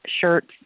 shirts